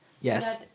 Yes